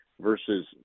versus